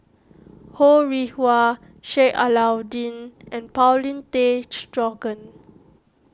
Ho Rih Hwa Sheik Alau'ddin and Paulin Tay Straughan